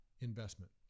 investment